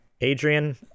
Adrian